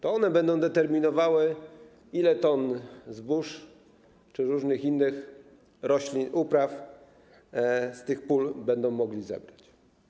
To one będą determinowały, ile ton zbóż czy różnych innych roślin, upraw z tych pól będą mogli zebrać.